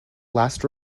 last